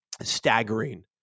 staggering